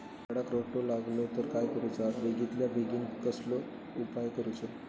झाडाक रोटो लागलो तर काय करुचा बेगितल्या बेगीन कसलो उपाय करूचो?